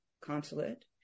consulate